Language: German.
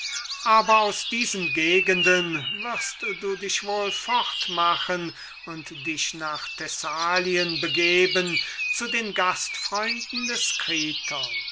aber aus diesen gegenden wirst du dich wohl fortmachen und dich nach thessalien begeben zu den gastfreunden des kriton